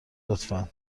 لطفا